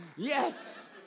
Yes